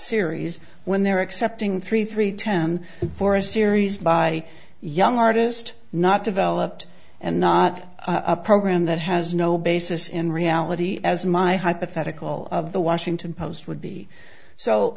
series when they're accepting three three ten for a series by young artist not developed and not a program that has no basis in reality as my hypothetical of the washington post would be so